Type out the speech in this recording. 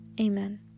amen